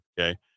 Okay